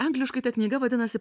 angliškai ta knyga vadinasi